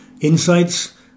insights